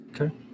Okay